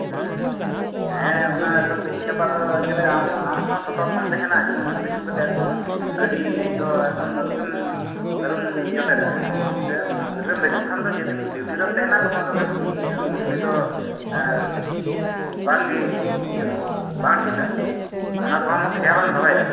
ᱦᱩᱸ ᱦᱩᱸ ᱦᱮᱸ ᱚᱱᱟ ᱟᱫᱚ ᱛᱮᱦᱮᱧ ᱜᱟᱯᱟ ᱫᱚ ᱟᱢᱦᱚᱸ ᱟᱢᱦᱚᱸ ᱥᱚᱛᱚᱨᱠᱚᱢ ᱛᱟᱦᱮᱱᱟ ᱡᱮᱢᱚᱱ ᱦᱟᱺᱰᱤ ᱧᱩ ᱠᱟᱛᱮ ᱮᱠᱫᱚᱢ ᱜᱟᱹᱰᱤ ᱫᱚ ᱮᱠᱫᱚᱢ ᱟᱞᱚᱢ ᱡᱚᱴᱮᱫᱟ ᱜᱟᱹᱰᱤᱨᱮᱢ ᱫᱮᱡᱚᱜ ᱠᱷᱟᱱ ᱫᱚ ᱡᱮᱫᱤᱱ ᱰᱤᱭᱩᱴᱤ ᱨᱮᱢ ᱛᱟᱦᱮᱱᱟ ᱛᱚᱠᱷᱚᱱ ᱫᱚ ᱮᱠᱫᱚᱢ ᱦᱟᱺᱰᱤ ᱫᱚ ᱵᱟᱝᱜᱮ ᱤᱭᱟᱹᱣᱟ ᱵᱟᱝ ᱴᱷᱤᱠᱟ ᱚᱱᱟ ᱠᱚᱦᱚᱸ ᱟᱢ ᱠᱷᱮᱭᱟᱞᱮᱢ ᱫᱚᱦᱚᱭᱟ